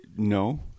No